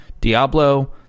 Diablo